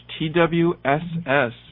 TWSS